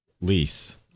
lease